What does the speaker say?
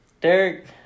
Derek